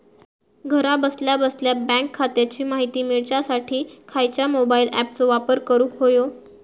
घरा बसल्या बसल्या बँक खात्याची माहिती मिळाच्यासाठी खायच्या मोबाईल ॲपाचो वापर करूक होयो?